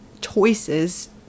choices